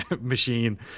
machine